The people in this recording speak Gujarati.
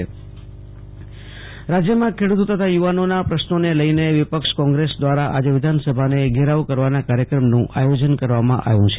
આશુતોષ અંતાણી રાજ્યઃ કોંગ્રેસ વિધાનસભા ઘેરાવ રાજ્યમાં ખેડૂતો યુવાનોના પ્રશ્નોને લઈને વિપક્ષ કોંગ્રેસ દ્વારા આજે વિધાનસભાને ઘેરાવ કરવાના કાર્યક્રમનું આયોજન કરવામાં આવ્યું છે